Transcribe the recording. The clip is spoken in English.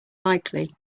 likely